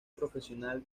profesional